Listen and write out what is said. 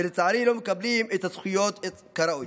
ולצערי לא מקבלים את הזכויות כראוי.